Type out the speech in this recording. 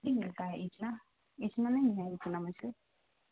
جی ملتا ہے اتنا اتنا نہیں نہیں ہے تنا مجھے